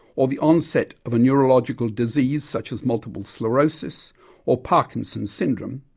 or the onset of a neurological disease such as multiple sclerosis or parkinson's syndrome,